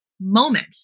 moment